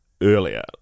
earlier